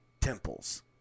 temples